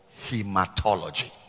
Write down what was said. hematology